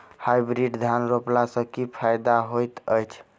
Hybrid धान रोपला सँ की फायदा होइत अछि?